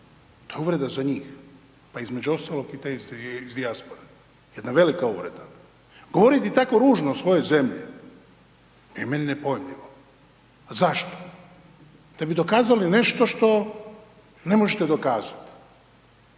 to je uvreda za njih, pa između ostalog…/Govornik se ne razumije/…iz dijaspore, jedna velika uvreda. Govoriti tako ružno o svojoj zemlji je meni nepojmljivo, a zašto? Da bi dokazali nešto što ne možete dokazat,